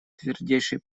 твердейший